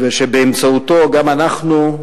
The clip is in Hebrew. שבאמצעותו גם אנחנו,